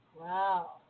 Wow